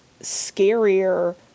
scarier